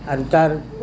ଆର୍ ତାର୍